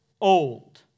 old